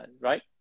right